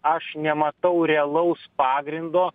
aš nematau realaus pagrindo